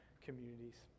communities